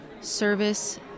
service